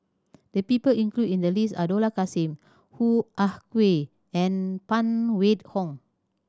the people included in the list are Dollah Kassim Hoo Ah Kay and Phan Wait Hong